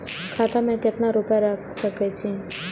खाता में केतना रूपया रैख सके छी?